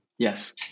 Yes